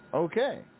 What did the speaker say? Okay